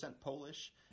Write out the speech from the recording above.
Polish